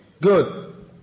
Good